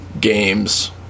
games